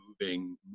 moving